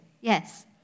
Yes